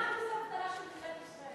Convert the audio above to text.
מה אחוז האבטלה במדינת ישראל?